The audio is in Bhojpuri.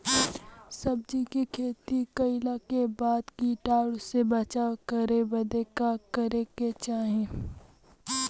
सब्जी के खेती कइला के बाद कीटाणु से बचाव करे बदे का करे के चाही?